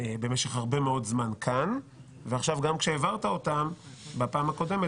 במשך הרבה מאוד זמן כאן ועכשיו גם כשהעברת אותם בפעם הקודמת,